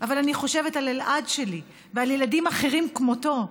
אבל אני חושבת על אלעד שלי ועל ילדים אחרים כמותו,